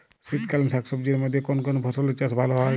শীতকালীন শাকসবজির মধ্যে কোন কোন ফসলের চাষ ভালো হয়?